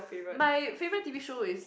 my favourite T_V show is